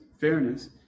fairness